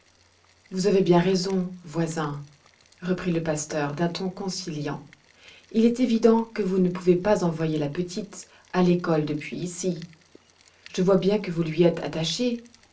vous avez bien raison voisin reprit le pasteur d'un ton conciliant il est évident que vous ne pouvez pas envoyer la petite à l'école depuis ici je vois bien que vous lui êtes attaché